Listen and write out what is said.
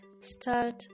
start